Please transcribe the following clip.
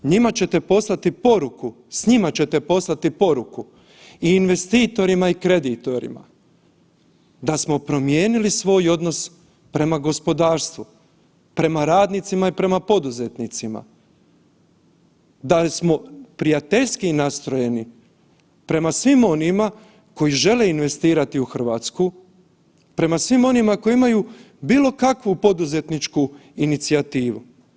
Njima ćete poslati poruku, s njima ćete poslati poruku i investitorima i kreditorima da smo promijenili svoj odnos prema gospodarstvu, prema radnicima i prema poduzetnicima, da smo prijateljski nastrojeni prema svima onima koji žele investirati u Hrvatsku, prema svima onima koji imaju bilo kakvu poduzetničku inicijativu.